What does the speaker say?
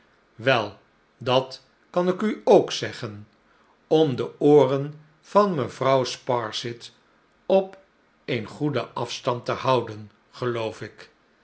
wel dat kan ik u ook zeggen om de ooren vanmevrouw sparsit op een goeden afstand te houden geloofik